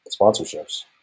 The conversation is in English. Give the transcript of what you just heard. sponsorships